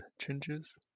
changes